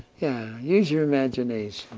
yeah use your imagination.